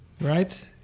right